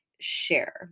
share